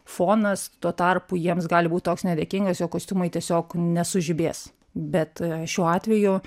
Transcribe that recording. fonas tuo tarpu jiems gali būt toks nedėkingas jog kostiumai tiesiog nesužibės bet šiuo atveju